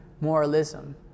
moralism